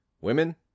women